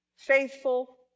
faithful